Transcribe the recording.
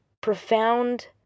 profound